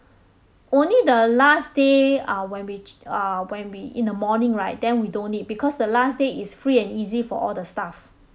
only the last day uh when we ch~ uh when we in the morning right then we don't need because the last day is free and easy for all the staff